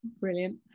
Brilliant